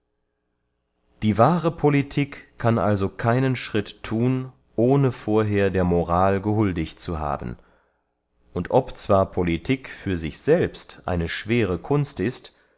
die wahre politik kann also keinen schritt thun ohne vorher der moral gehuldigt zu haben und ob zwar politik für sich selbst eine schwere kunst ist